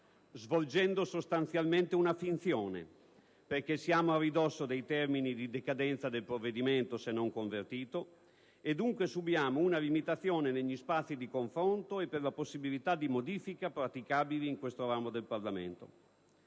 compiendo sostanzialmente una finzione, perché siamo a ridosso dei termini di decadenza del provvedimento se non convertito e, dunque, subiamo una limitazione degli spazi di confronto e delle possibilità di modifica praticabili in questo ramo del Parlamento.*